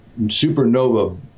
supernova